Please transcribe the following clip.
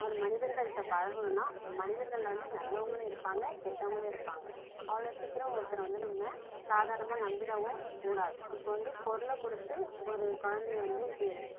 அந்த மனிதர்கள்கிட்ட பழகணுன்னா மனிதர்களில் வந்து நல்லவங்களும் இருப்பாங்க கெட்டவங்களும் இருப்பாங்க அவ்வளோ சீக்கிரம் ஒருத்தரை வந்து நம்ம சாதாரணமாக நம்பிவிடவும் கூடாது இப்போ வந்து பொருளை கொடுத்து ஒரு குழந்தைய வந்து இது